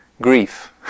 grief